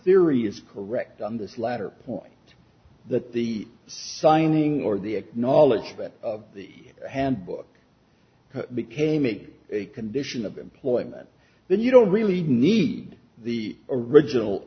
theory is correct on this latter point that the signing or the acknowledgement of the handbook became make a condition of employment then you don't really need the original